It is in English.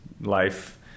life